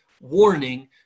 warning